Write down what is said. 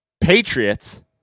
Patriots